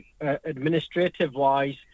Administrative-wise